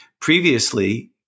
Previously